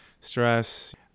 stress